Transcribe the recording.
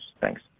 Thanks